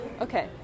okay